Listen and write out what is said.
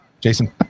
Jason